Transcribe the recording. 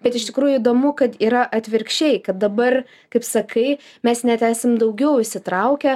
bet iš tikrųjų įdomu kad yra atvirkščiai kad dabar kaip sakai mes net esam daugiau įsitraukę